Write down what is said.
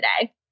today